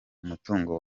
umutungo